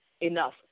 enough